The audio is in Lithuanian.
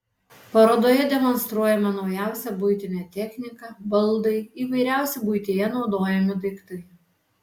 parodoje demonstruojama naujausia buitinė technika baldai įvairiausi buityje naudojami daiktai